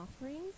offerings